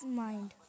mind